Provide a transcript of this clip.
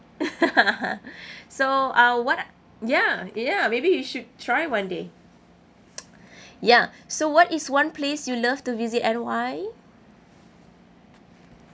so uh what ya ya maybe you should try one day ya so what is one place you love to visit and why